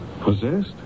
Possessed